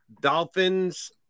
Dolphins